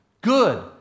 Good